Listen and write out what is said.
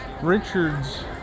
Richard's